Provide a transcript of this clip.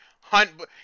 hunt